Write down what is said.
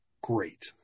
great